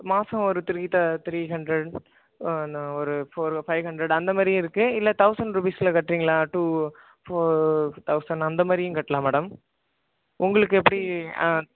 மாசம் ஒரு த்ரி த த்ரி ஹண்ட்ரேட் ந ஒரு ஃபோரோ ஃபைவ் ஹண்ட்ரேட் அந்த மாதிரியும் இருக்கு இல்லைதெளசண்ட் ருபீஸ்ஸில் கட்டுறிங்ளா டூ ஃபோ தெளசண்ட் அந்த மாதிரியும் கட்லாம் மேடம் உங்ளுக்கு எப்படி